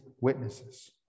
witnesses